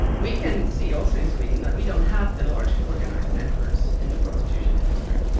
we can see also in sweden that we don't have the large organised networks in the prostitution industry.